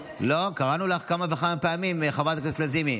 לא, קראנו לך כמה וכמה פעמים, חברת הכנסת לזימי.